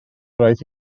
roedd